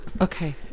Okay